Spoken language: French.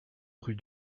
rue